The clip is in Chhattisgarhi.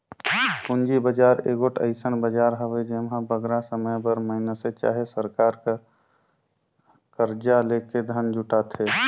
पूंजी बजार एगोट अइसन बजार हवे जेम्हां बगरा समे बर मइनसे चहे सरकार हर करजा लेके धन जुटाथे